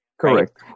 Correct